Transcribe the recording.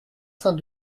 saint